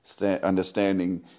understanding